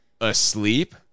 asleep